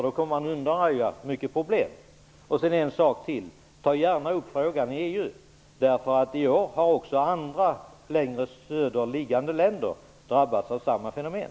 Då kommer man att undanröja många problem. En sak till: Ta gärna upp frågan i EU. Även andra, längre söderliggande, länder har drabbats av samma fenomen.